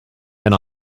and